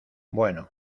bueno